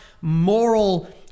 moral